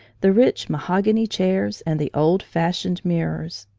the rich mahogany chairs, and the old-fashioned mirrors.